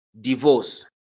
divorce